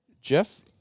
Jeff